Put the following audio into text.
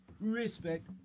Respect